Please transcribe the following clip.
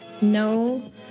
no